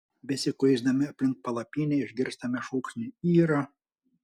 besikuisdami aplink palapinę išgirstame šūksnį yra